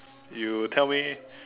you tell me